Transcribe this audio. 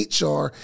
HR